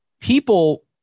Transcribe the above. People